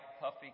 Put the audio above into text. puffy